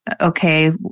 okay